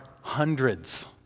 hundreds